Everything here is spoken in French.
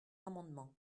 amendement